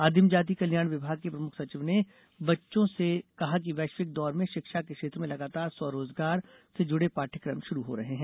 आदिम जाति कल्याण विभाग की प्रमुख सचिव ने बच्चों से कहा कि वैश्विक दौर में शिक्षा के क्षेत्र में लगातार स्व रोजगार से जुड़े पाठ्यक्रम शुरू हो रहे हैं